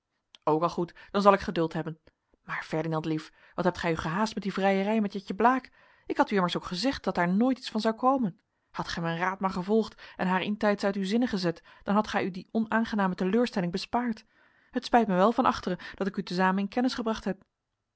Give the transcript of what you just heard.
ook al goed dan zal ik geduld hebben maar ferdinand lief wat hebt gij u gehaast met die vrijerij met jetje blaek ik had u immers ook gezegd dat daar nooit iets van zou komen hadt gij mijn raad maar gevolgd en haar intijds uit uw zinnen gezet dan hadt gij u die onaangename teleurstelling bespaard het spijt mij wel van achteren dat ik u te zamen in kennis gebracht heb